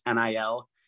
NIL